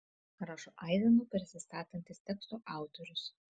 rašo aizenu prisistatantis teksto autorius